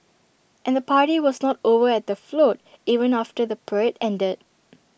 and the party was not over at the float even after the parade ended